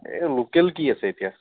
local কি আছে এতিয়া